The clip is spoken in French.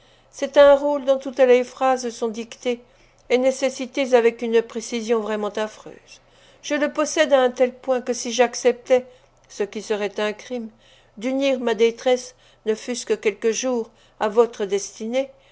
c'est un rôle dont toutes les phrases sont dictées et nécessitées avec une précision vraiment affreuse je le possède à un tel point que si j'acceptais ce qui serait un crime d'unir ma détresse ne fût-ce que quelques jours à votre destinée